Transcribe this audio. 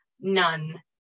none